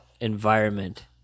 environment